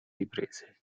riprese